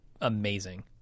amazing